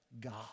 God